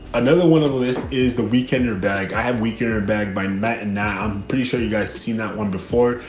another one on the list is the weekend or bag. i have weaker bag by matt and now i'm pretty sure you guys seen that one before.